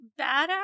badass